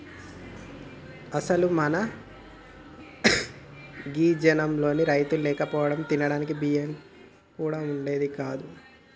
అసలు మన గీ జనంలో రైతులు లేకపోతే తినడానికి బియ్యం కూడా వుండేది కాదేమో